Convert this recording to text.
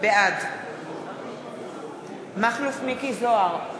בעד מכלוף מיקי זוהר,